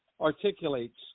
articulates